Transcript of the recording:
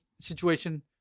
situation